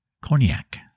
Cognac